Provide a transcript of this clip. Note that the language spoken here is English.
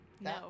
no